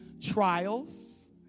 Trials